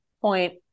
point